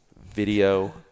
video